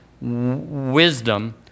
wisdom